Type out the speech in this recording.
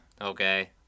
Okay